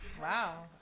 Wow